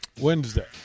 Wednesday